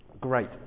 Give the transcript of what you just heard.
Great